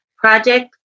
Project